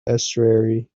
estuary